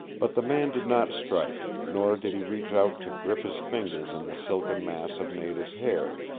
but the man did not strike, nor did he reach out to grip his fingers in the silken mass of nada's hair.